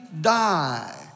die